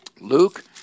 Luke